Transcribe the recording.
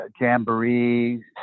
jamboree